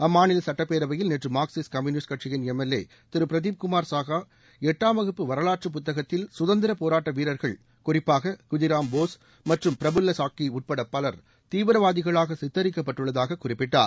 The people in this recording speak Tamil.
அம்மாநில சுட்டப்பேரவையில் நேற்று மார்க்சிஸ்ட் கம்யூனிஸ்ட் கட்சியின் எம்எல்ஏ திரு பிரதிப் குமார் சாகா எட்டாம் வகுப்பு வரலாற்று புத்திகத்தில் கதந்திரப் போராட்ட வீரர்கள் குறிப்பாக குதிராம் போஸ் மற்றும் பிரஃபுல்ல சாக்கி உட்பட பலர் தீவிரவாதிகளாக சித்தரிக்கப்பட்டுள்ளதாக குறிப்பிட்டார்